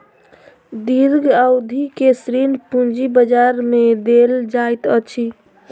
दीर्घ अवधि के ऋण पूंजी बजार में देल जाइत अछि